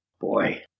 boy